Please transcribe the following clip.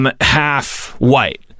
half-white